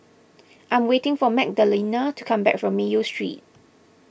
I am waiting for Magdalena to come back from Mayo Street